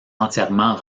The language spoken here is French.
entièrement